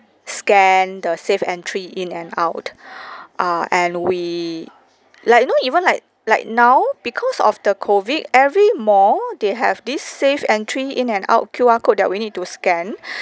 scan the safe entry in and out uh and we like you know even like like now because of the COVID every mall they have this safe entry in an out Q_R code that we need to scan